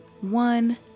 one